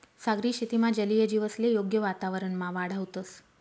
सागरी शेतीमा जलीय जीवसले योग्य वातावरणमा वाढावतंस